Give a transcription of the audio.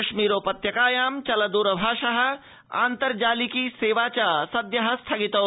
कश्मीरोपत्यकायां चलद्रभाषः आन्तर्जालिकी सेवा च सद्यः स्थगितौ